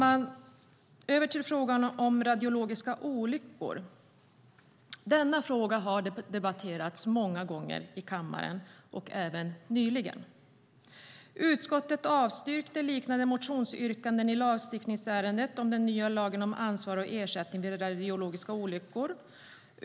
Låt mig så gå över till frågan om radiologiska olyckor. Denna fråga har debatterats många gånger i kammaren, även nyligen. Utskottet avstyrkte liknande motionsyrkanden i lagstiftningsärendet om den nya lagen om ansvar och ersättning vid radiologiska olyckor.